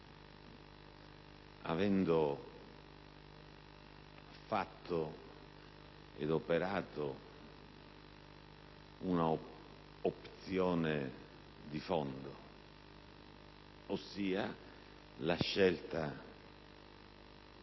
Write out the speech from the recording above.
avendo fatto ed operato un'opzione di fondo, ossia la scelta